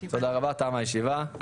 תודה רבה, תמה הישיבה.